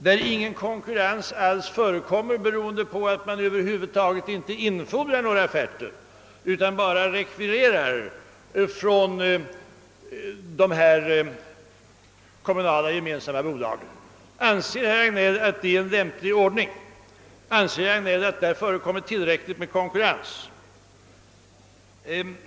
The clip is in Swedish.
Där ingen konkurrens alls förekommer, beroende på att man över huvud taget inte infordrar några offerter utan bara rekvirerar från de kommunala, gemensamma bolagen — anser herr Hagnell att det är en lämplig ordning? Anser herr Hagnell att där förekommer tillräcklig konkurrens?